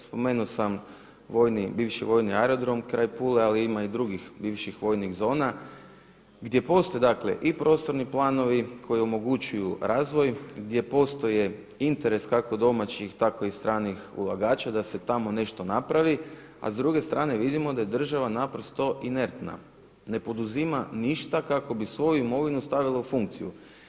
Spomenuo sam vojni, bivši vojni aerodrom kraj Pule ali ima i drugih bivših, vojnih zona gdje postoje dakle i prostorni planovi koji omogućuju razvoj, gdje postoji interes kako domaćih tako i stranih ulagača da se tamo nešto napravi a s druge strane vidimo da je država naprosto inertna, ne poduzima ništa kako bi svoju imovinu stavila u funkciju.